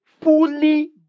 fully